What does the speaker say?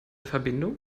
verbindung